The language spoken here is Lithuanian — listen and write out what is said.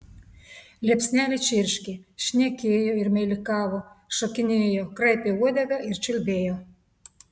liepsnelė čirškė šnekėjo ir meilikavo šokinėjo kraipė uodegą ir čiulbėjo